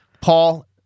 Paul